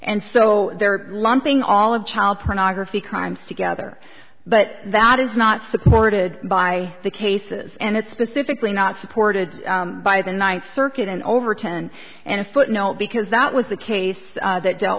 and so they're lumping all of child pornography crimes together but that is not supported by the cases and it's specifically not supported by the ninth circuit and over ten and a footnote because that was the case that dealt